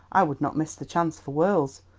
i would not miss the chance for worlds.